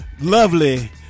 lovely